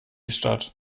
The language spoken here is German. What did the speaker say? statt